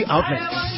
Outlets